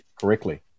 correctly